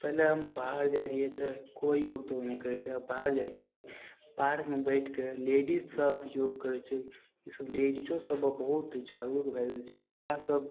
पहिले हम बाहर जाइ रहियै तऽ कोइ योग तोग नहि करय रहियै आब बाहर जाइ छियै पार्कमे बैठके लेडीज सब योग करय छै ईसब लेडीजो सब आब बहुत जागरूक भए गेल छै महिला सब